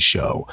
Show